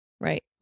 right